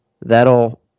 that'll